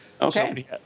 Okay